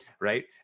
Right